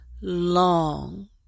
long